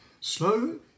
slow